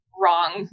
wrong